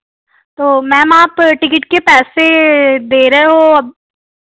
तो मैम आप टिकिट के पैसे दे रहे हो अब